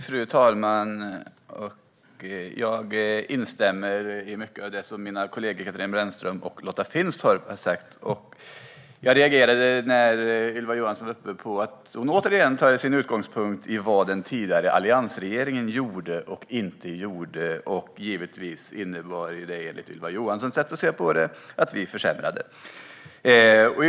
Fru talman! Jag instämmer i mycket av det som mina kollegor Katarina Brännström och Lotta Finstorp har sagt. Jag reagerade på att Ylva Johansson återigen tar sin utgångspunkt i vad den tidigare alliansregeringen gjorde och inte. Givetvis innebar det, enligt Ylva Johanssons sätt att se det, att vi försämrade läget.